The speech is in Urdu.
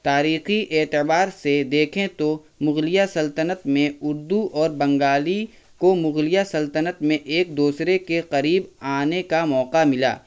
تاریخی اعتبار سے دیکھیں تو مغلیہ سلطنت میں اردو اور بنگالی کو مغلیہ سلطنت میں ایک دوسرے کے قریب آنے کا موقع ملا